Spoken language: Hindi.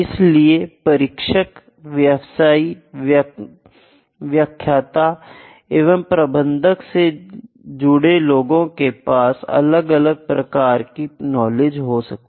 इसीलिए प्रशिक्षक व्यवसायी व्याख्याता एवं प्रबंधक से जुड़े लोगों के पास अलग अलग प्रकार की नॉलेज हो सकती है